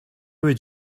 would